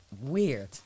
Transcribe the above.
weird